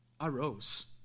arose